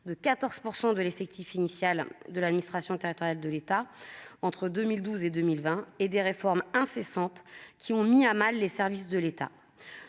de 14 % de l'effectif initial de l'administration territoriale de l'État entre 2012 et 2020 et des réformes incessantes qui ont mis à mal les services de l'État,